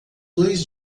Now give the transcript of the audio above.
dois